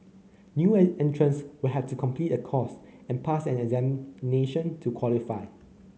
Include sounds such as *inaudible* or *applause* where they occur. new *unintelligible* entrants we have to complete a course and pass an examination to qualify